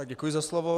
Děkuji za slovo.